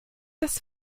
das